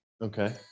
Okay